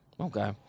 Okay